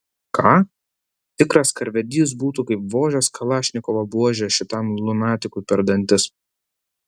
ką tikras karvedys būtų kaip vožęs kalašnikovo buože šitam lunatikui per dantis